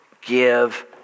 give